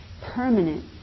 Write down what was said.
permanent